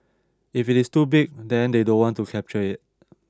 if it is too big then they don't want to capture it